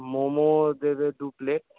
মোমো দেবে দু প্লেট